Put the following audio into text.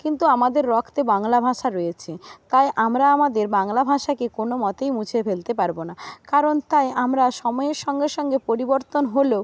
কিন্তু আমাদের রক্তে বাংলা ভাষা রয়েছে তাই আমরা আমাদের বাংলা ভাষাকে কোন মতেই মুছে ফেলতে পারব না কারণ তাই আমরা সময়ের সঙ্গে সঙ্গে পরিবর্তন হলেও